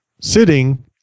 Sitting